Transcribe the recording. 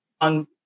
on